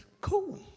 cool